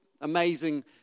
Amazing